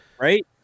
Right